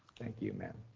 thank you, ma'am.